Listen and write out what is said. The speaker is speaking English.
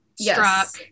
struck